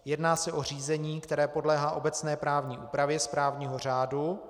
Jedná se o řízení, které podléhá obecné právní úpravě správního řádu.